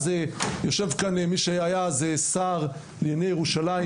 יושב כאן מי שהיה אז השר לענייני ירושלים,